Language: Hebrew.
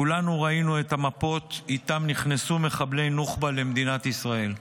כולנו ראינו את המפות שאיתן נכנסו מחבלי נוח'בה למדינת ישראל,